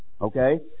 Okay